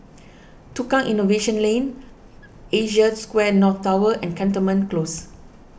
Tukang Innovation Lane Asia Square North Tower and Cantonment Close